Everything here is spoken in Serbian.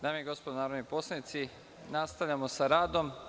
Dame i gospodo narodni poslanici, nastavljamo sa radom.